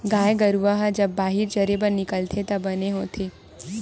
गाय गरूवा ह जब बाहिर चरे बर निकलथे त बने होथे